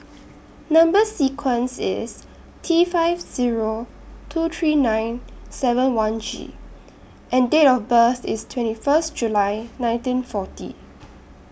Number sequence IS T five Zero two three nine seven one G and Date of birth IS twenty First July nineteen forty